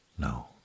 No